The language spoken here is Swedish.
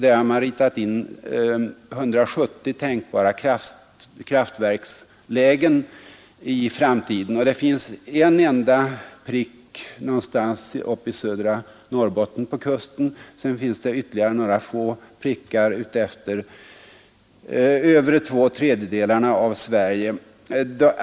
Där har man ritat in 170 tänkbara kraftverkslägen i framtiden, och det finns en enda prick någonstans uppe i södra Norrbotten på kusten. Sedan finns det ytterligare några få prickar utefter de övre två tredjedelarna av Sverige.